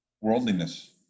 worldliness